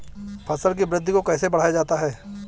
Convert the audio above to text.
फसल की वृद्धि को कैसे बढ़ाया जाता हैं?